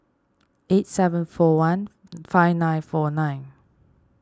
eight seven four one five nine four nine